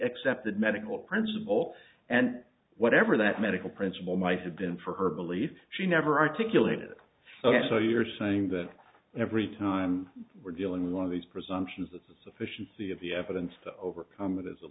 accepted medical principle and whatever that medical principle might have been for her belief she never articulated it so you're saying that every time we're dealing with one of these presumptions that the sufficiency of the evidence to overcome it is a